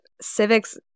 civics